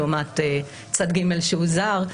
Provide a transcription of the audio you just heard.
לעומת צד ג' שהוא זר.